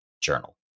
journal